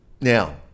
Now